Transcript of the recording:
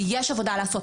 ויש עבודה לעשות,